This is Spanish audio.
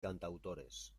cantautores